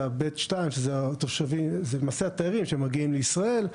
זה ה-ב'2 שזה למעשה התיירים שמגיעים לישראל,